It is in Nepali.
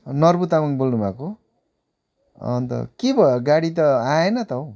नर्बु तामाङ बोल्नु भएको अन्त के भयो गाडी त आएन त हौ